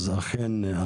אז אכן,